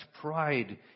pride